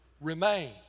Remain